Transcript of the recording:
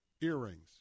Earrings